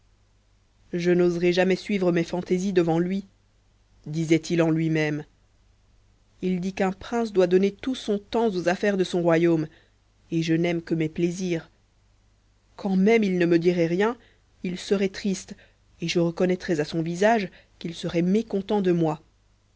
je n'oserai jamais suivre mes fantaisies devant lui disait-il en lui-même il dit qu'un prince doit donner tout son temps aux affaires de son royaume et j'aime mes plaisirs quand même il ne me dirait rien il serait triste et je connaîtrais à son visage qu'il serait mécontent de moi